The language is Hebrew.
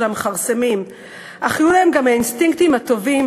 המכרסמים אך היו להם גם האינסטינקטים הטובים,